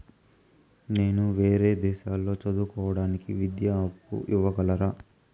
నేను వేరే దేశాల్లో చదువు కోవడానికి విద్యా అప్పు ఇవ్వగలరా?